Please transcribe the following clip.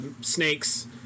snakes